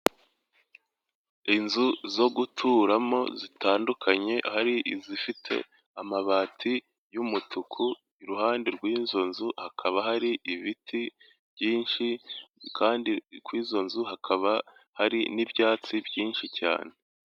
Inzu zo guturamo zitandukanye hari izifite amabati y'umutuku iruhande rw'inzu nzu hakaba hari ibiti byinshi kandi kuri izo nzu hakaba hari n'ibyatsi byinshi cyane.